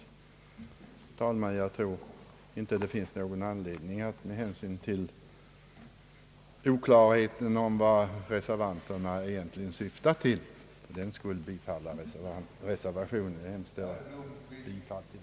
Herr talman, jag tror inte det finns någon anledning att bifalla reservationen bara för oklarheten om vad reservanterna egentligen syftar till. Jag vidhåller mitt yrkande om bifall till utskottets förslag.